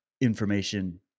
information